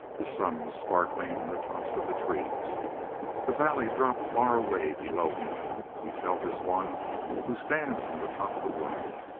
the sun was sparkling in the tops of the trees the valley dropped far away below him. he felt as one who stands on the top of the world.